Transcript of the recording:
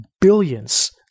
billions